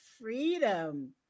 freedom